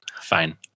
fine